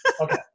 Okay